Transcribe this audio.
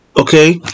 Okay